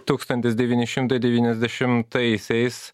tūkstantis devyni šimtai devyniasdešimtaisiais